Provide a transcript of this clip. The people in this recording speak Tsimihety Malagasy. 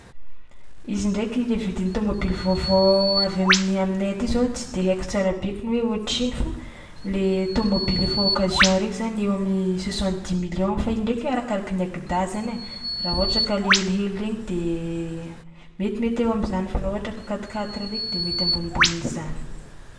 Izy ndraiky le vidin'ny tômôbily vaovao avy amin'ny aminay aty zao tsy de haika tsara bekiny hoe ohatrino fô le tômôbily efa occasion regny zany eo amin'ny soixante dix millions fa izy ndraiky e arakaraky ny agedazany ai, raha ohatra ka le helihely regny de metimety eo am'zany fa raha ohatra ka quatre quatre regny de mety ambonimbonin'izany.